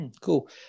Cool